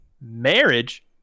Marriage